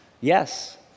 yes